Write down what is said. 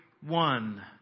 one